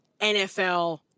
NFL